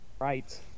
Right